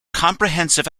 comprehensive